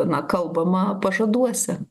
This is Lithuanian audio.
na kalbama pažaduose